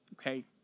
Okay